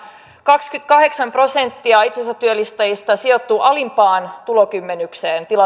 kaksikymmentäkahdeksan prosenttia itsensätyöllistäjistä sijoittuu alimpaan tulokymmenykseen